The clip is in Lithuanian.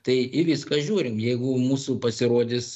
tai į viską žiūrim jeigu mūsų pasirodys